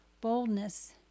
boldness